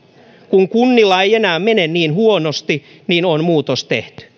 kun kunnilla ei enää mene niin huonosti niin on muutos tehty